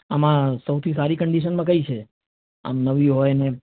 આમાં સૌથી સારી કન્ડીશનમાં કઈ છે આમ નવી હોય ને